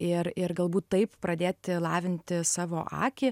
ir ir galbūt taip pradėti lavinti savo akį